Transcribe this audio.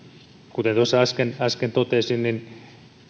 kuten tuossa äsken äsken totesin